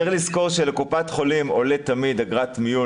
צריך לזכור שלקופת חולים עולה תמיד אגרת מיון